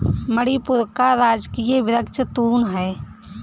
मणिपुर का राजकीय वृक्ष तून है